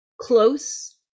close